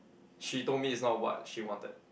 she told me it's not what she wanted